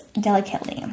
delicately